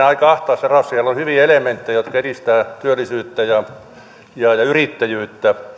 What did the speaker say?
aika ahtaassa raossa siellä on hyviä elementtejä jotka edistävät työllisyyttä ja yrittäjyyttä